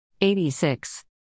86